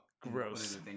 Gross